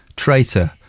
Traitor